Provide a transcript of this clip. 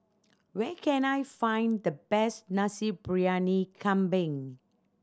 where can I find the best Nasi Briyani Kambing